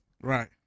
Right